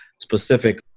specific